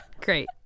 great